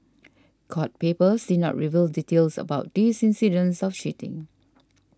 court papers did not reveal details about these incidents of cheating